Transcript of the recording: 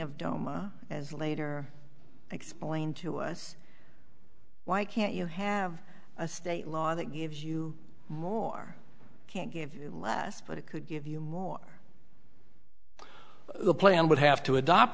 of doma as later explain to us why can't you have a state law that gives you more can't give less but it could give you more the plan would have to adopt